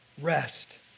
rest